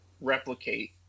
replicate